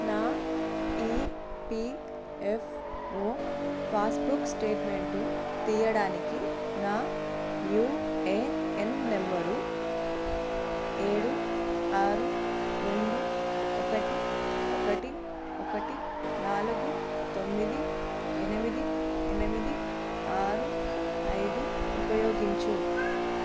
నా EPFO passbook statement తీయడానికి నా యూఏఎన్ నంబరు ఏడు ఆరు రెండు ఒకటి ఒకటి ఒకటి నాలుగు తొమ్మిది ఎనిమిది ఎనిమిది ఆరు ఐదు ఉపయోగించు